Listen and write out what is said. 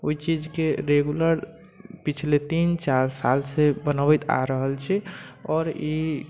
ओइ चीजके रेगुलर पिछले तीन चारि सालसँ बनबैत आ रहल छी आओर ई